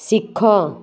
ଶିଖ